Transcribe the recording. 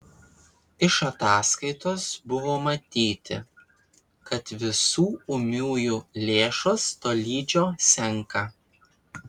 iš ataskaitos buvo matyti kad visų ūmiųjų lėšos tolydžio senka